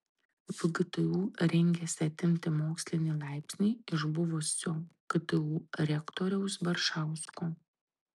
vgtu rengiasi atimti mokslinį laipsnį iš buvusio ktu rektoriaus baršausko